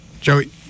Joey